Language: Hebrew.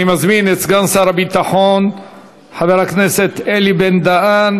אני מזמין את סגן שר הביטחון חבר הכנסת אלי בן-דהן.